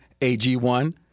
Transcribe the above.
AG1